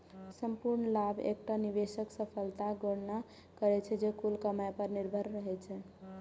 संपूर्ण लाभ एकटा निवेशक सफलताक गणना छियै, जे कुल कमाइ पर निर्भर रहै छै